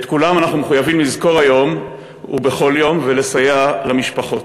את כולם אנחנו מחויבים לזכור היום ובכל יום ולסייע למשפחותיהם.